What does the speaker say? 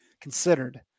considered